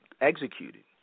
executed